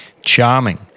Charming